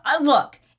Look